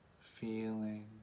feeling